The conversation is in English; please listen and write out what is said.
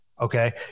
okay